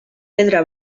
pedra